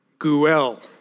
Guel